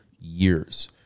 years